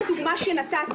בדוגמה שנתתי,